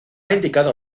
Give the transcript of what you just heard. indicado